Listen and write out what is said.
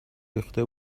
ریخته